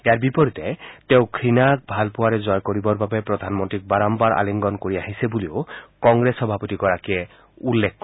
ইয়াৰ বিপৰীতে তেওঁ ঘৃণাক ভাল পোৱাৰে জয় কৰিবৰ বাবে প্ৰধানমন্ত্ৰীক বাৰম্বাৰ আলিংগন কৰি আহিছে বুলিও কংগ্ৰেছ সভাপতিগৰাকীয়ে উল্লেখ কৰে